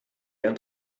and